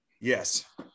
Yes